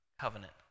covenant